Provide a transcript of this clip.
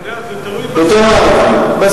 אתה יודע, זה תלוי בספירה.